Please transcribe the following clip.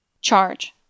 Charge